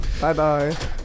Bye-bye